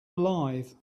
alive